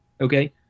Okay